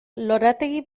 lorategi